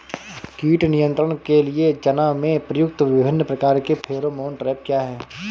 कीट नियंत्रण के लिए चना में प्रयुक्त विभिन्न प्रकार के फेरोमोन ट्रैप क्या है?